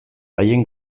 haien